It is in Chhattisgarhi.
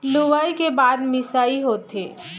लुवई के बाद मिंसाई होथे